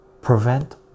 prevent